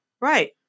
Right